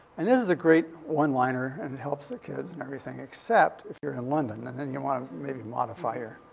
and this is a great one-liner. and it helps the kids and everything except if you're in london. and then you maybe wanna maybe modify here.